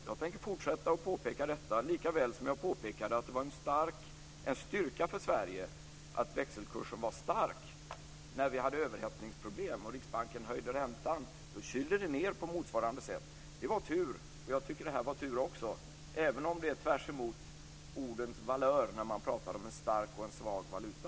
Jag tänker fortsätta att påpeka detta, likväl som jag påpekade att det var en styrka för Sverige att växelkursen var stark när vi hade överhettningsproblem och Riksbanken höjde räntan. Det kylde ned på motsvarande sätt. Det var tur. Jag tycker att det här var tur också, även om det är tvärs emot ordens valör när man pratar om en stark och svag valuta.